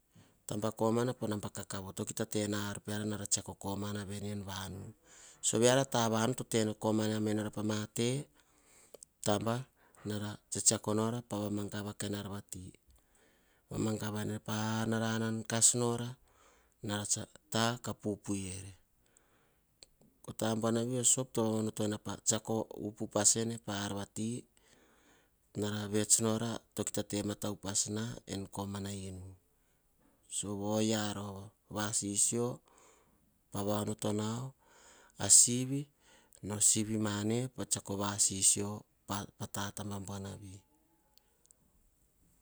Taba komana pah naba kakavo, keara me toh teno nora pah ma te ar vamagava piara en vanu. Vamagava kase ne pah nara anan nora na tsara taka pupui ere. Oh taba buanavi oh soap to onotoena pah tsiako upas sene pah ar vat vene pah inu peara nara vets nora toh kita va owotona oyia tsa va onotoene. Oh sisio to va onotona oh sivi poh taba ve oh soap taba vamagava oh tsion ti mana maar vakomana inu.